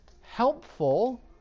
helpful